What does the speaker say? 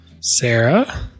Sarah